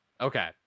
Okay